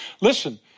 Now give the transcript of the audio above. Listen